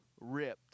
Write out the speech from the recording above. ripped